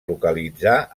localitzar